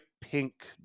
pink